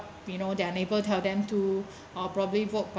you know their neighbour tell them to or probably vote